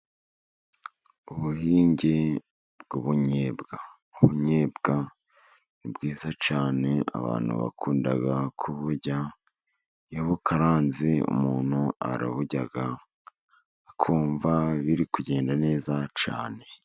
Ubuhinge bw'ubunnyobwa. Ubunnyobwa ni bwizaza cyane， abantu bakunda kuburya， iyo bukaranze umuntu araburya， akumva biri kugenda neza cyane.